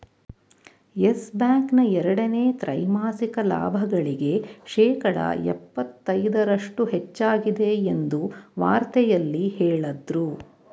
Yes Bank ನ ಎರಡನೇ ತ್ರೈಮಾಸಿಕ ಲಾಭಗಳಿಗೆ ಶೇಕಡ ಎಪ್ಪತೈದರಷ್ಟು ಹೆಚ್ಚಾಗಿದೆ ಎಂದು ವಾರ್ತೆಯಲ್ಲಿ ಹೇಳದ್ರು